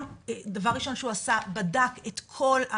דבר ראשון שהוא עשה זה בדק את כל,